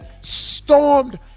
stormed